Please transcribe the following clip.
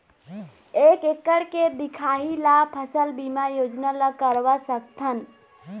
एक एकड़ के दिखाही ला फसल बीमा योजना ला करवा सकथन?